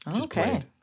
Okay